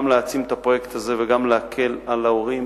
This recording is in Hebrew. להעצים את הפרויקט הזה וגם להקל על ההורים,